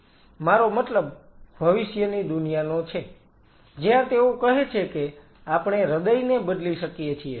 મારો મતલબ ભવિષ્યની દુનિયાનો છે જ્યાં તેઓ કહે છે કે આપણે હૃદયને બદલી શકીએ છીએ